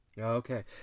Okay